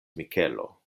mikelo